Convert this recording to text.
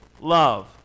love